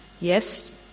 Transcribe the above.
yes